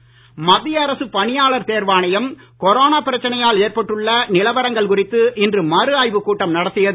தேர்வாணையம் மத்திய அரசு பணியாளர் தேர்வாணையம் கொரோனா பிரச்சனையால் ஏற்பட்டுள்ள நிலவரங்கள் குறித்து இன்று மறு ஆய்வு கூட்டம் நடத்தியது